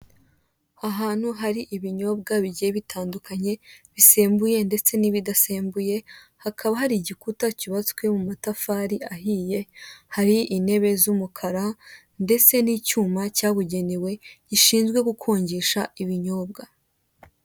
Ahantu hari ibinyobwa bigiye bitandukanye, bisembuye ndetse n'ibidasembuye, hakaba hari igikuta cyubatswe mu matafari ahiye, hari intebe z'umukara, ndetse n'icyuma cyabugenewe gishinzwe gukonjesha ibinyobwa.